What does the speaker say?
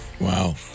Wow